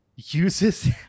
uses